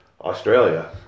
Australia